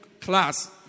class